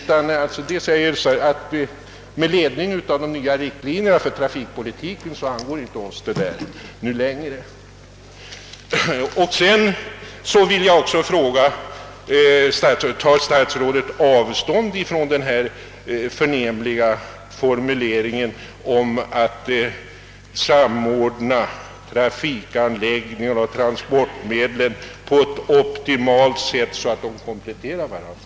Han hänvisar till de nya riktlinjerna för trafikpolitiken och säger att denna sak inte angår staten längre. Till sist skulle jag vilja fråga: Tar statsrådet avstånd från den förnämliga formuleringen om att samordna trafikanläggningarna och trafikmedlen på ett optimalt sätt, så att de kompletterar varandra?